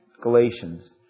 Galatians